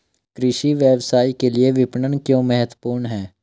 कृषि व्यवसाय के लिए विपणन क्यों महत्वपूर्ण है?